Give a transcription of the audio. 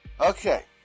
Okay